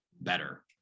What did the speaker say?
better